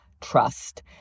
trust